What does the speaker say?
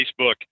Facebook